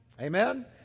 Amen